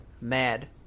mad